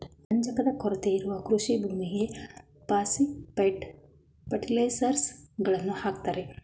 ರಂಜಕದ ಕೊರತೆ ಇರುವ ಕೃಷಿ ಭೂಮಿಗೆ ಪಾಸ್ಪೆಟ್ ಫರ್ಟಿಲೈಸರ್ಸ್ ಗಳನ್ನು ಹಾಕುತ್ತಾರೆ